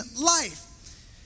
life